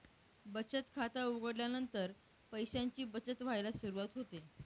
बचत खात उघडल्यानंतर पैशांची बचत व्हायला सुरवात होते